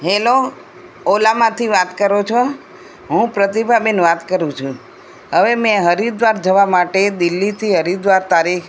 hello ઓલામાંથી વાત કરો છો હું પ્રતિભા બેન વાત કરું છુ હવે મેં હરિદ્વાર જવા માટે દિલીથી હરિદ્વાર તારીખ